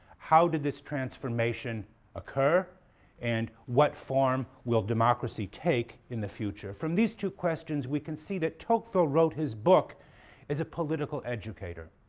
how did this transformation occur and what form will democracy take in the future, from these two questions, we can see that tocqueville wrote his book as a political educator,